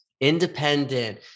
independent